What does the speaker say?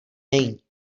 není